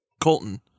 Colton